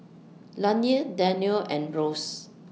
Lanie Danielle and Rose